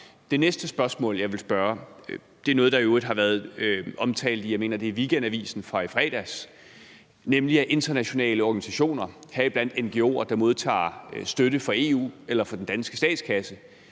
Det næste spørgsmål, jeg vil stille, drejer sig om noget, der i øvrigt har været omtalt, og jeg mener, det er i Weekendavisen fra i fredags, nemlig at internationale organisationer, heriblandt ngo'er, der modtager støtte fra EU eller fra den danske statskasse,